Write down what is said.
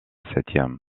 septième